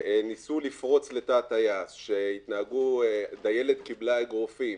שניסו לפרוץ לתא הטייס, שדיילת קיבלה אגרופים,